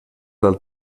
del